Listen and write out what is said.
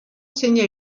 segna